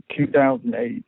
2008